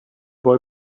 boy